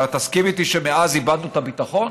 אבל תסכים איתי שמאז איבדנו את הביטחון?